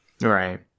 Right